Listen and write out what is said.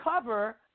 cover